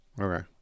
Okay